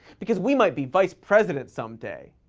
because we might be vice president someday.